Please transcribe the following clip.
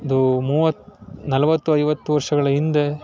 ಒಂದು ಮೂವತ್ತು ನಲವತ್ತು ಐವತ್ತು ವರ್ಷಗಳ ಹಿಂದೆ